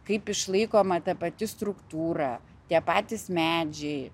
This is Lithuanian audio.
kaip išlaikoma ta pati struktūra tie patys medžiai